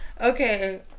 Okay